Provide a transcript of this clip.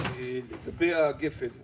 לגבי תוכנית הגפן.